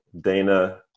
Dana